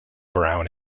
brown